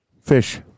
Fish